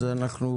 אז אנחנו מצביעים.